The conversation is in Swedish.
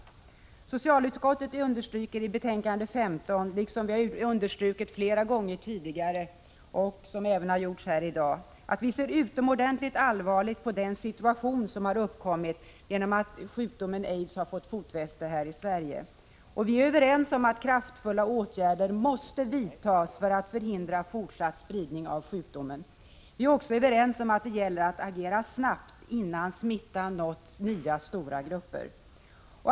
Vi i socialutskottet understryker i betänkande 15 — det har vi också gjort flera gånger tidigare och så har även skett här i dag — att vi ser utomordentligt allvarligt på den situation som har uppkommit till följd av att sjukdomen aids har fått fotfäste i Sverige. Vi är överens om att kraftfulla åtgärder måste vidtas för att förhindra en fortsatt spridning av sjukdomen. Vi är också överens om att det gäller att agera snabbt, innan smittan nått nya stora grupper.